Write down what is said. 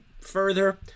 further